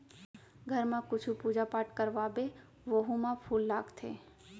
घर म कुछु पूजा पाठ करवाबे ओहू म फूल लागथे